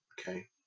Okay